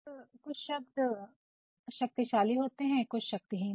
अब कुछ शक्तिशाली शब्द होते है और कुछ शक्तिहीन